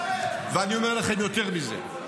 אני אומר לכם יותר מזה,